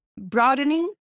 broadening